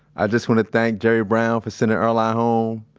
i just wanna think jerry brown for sending earlonne home.